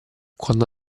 quando